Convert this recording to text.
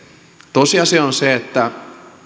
tosiasia on se että